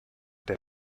der